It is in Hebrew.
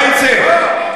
מה יצא?